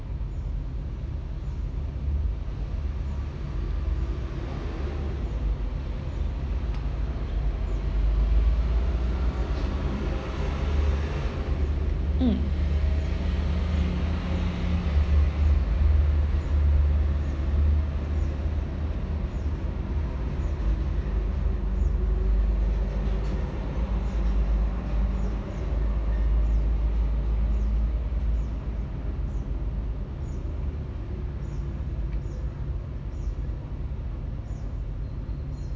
mm